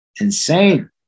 insane